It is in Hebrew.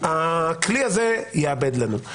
הכלי הזה יאבד לנו.